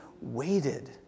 waited